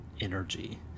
energy